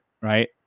right